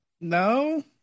No